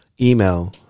email